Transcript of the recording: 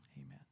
Amen